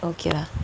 okay ah